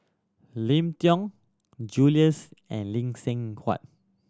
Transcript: Lim Tiong Jules and Lee Seng Huat